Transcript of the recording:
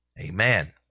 Amen